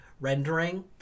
rendering